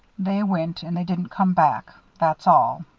they went and they didn't come back. that's all.